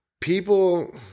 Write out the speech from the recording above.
people